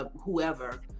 whoever